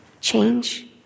change